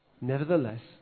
Nevertheless